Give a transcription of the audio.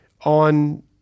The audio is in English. on